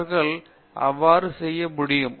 அவர்கள் அவ்வாறு செய்ய முடியும்